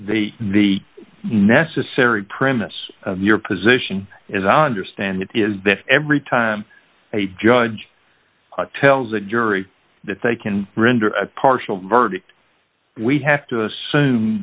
they the necessary premise your position as i understand it is that every time a judge tells a jury that they can render a partial verdict we have to assume